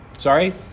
sorry